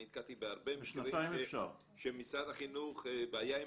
-- אני נתקלתי בהרבה מקרים שבמשרד החינוך יש בעיה עם